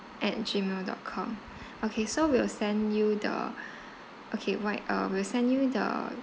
at gmail dot com okay so we'll send you the okay why uh we'll send you the